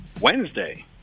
Wednesday